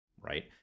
Right